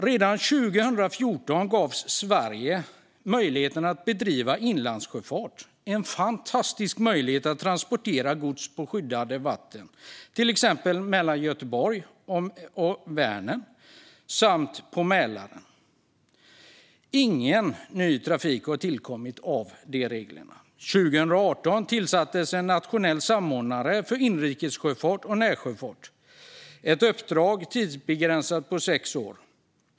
Redan 2014 gavs Sverige möjlighet att bedriva inlandssjöfart - en fantastisk möjlighet att transportera gods på skyddade vatten, till exempel mellan Göteborg och Vänern samt på Mälaren. Ingen ny trafik har tillkommit tack vare de reglerna. År 2018 tillsattes en nationell samordnare för inrikessjöfart och närsjöfart, ett tidsbegränsat uppdrag på sex år.